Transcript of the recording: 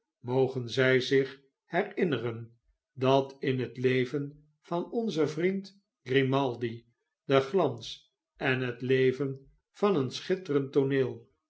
mogen zij zich herinneren dat in het leven van onzen vriend grimaldi de glans en het leven van een schitterend tooneel